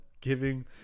giving